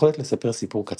יכולת לספר סיפור קצר,